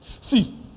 See